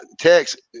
text